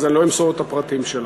אז אני לא אמסור את הפרטים שלה.